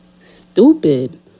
stupid